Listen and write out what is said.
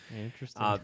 Interesting